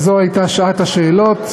וזו הייתה שעת השאלות,